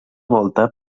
volta